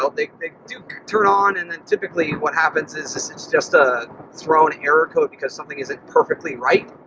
ah they they do turn on and then, typically, what happens is it's it's just a thrown error code because something isn't perfectly right.